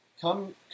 come